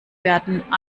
werden